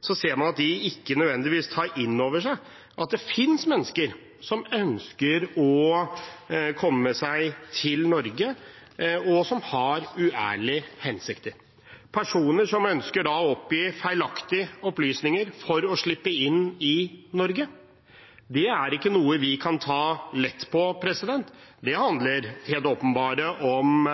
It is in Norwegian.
ser man at de ikke nødvendigvis tar innover seg at det finnes mennesker som ønsker å komme seg til Norge og har uærlige hensikter, personer som ønsker å oppgi feilaktige opplysninger for å slippe inn i Norge. Det er ikke noe vi kan ta lett på. Det handler helt åpenbart om